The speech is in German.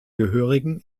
gehörigen